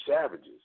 savages